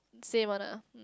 same one ah um